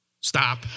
stop